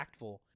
impactful